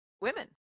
women